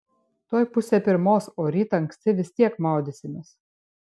tuoj pusė pirmos o rytą anksti vis tiek maudysimės